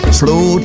slow